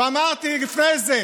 ואמרתי לפני זה: